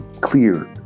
clear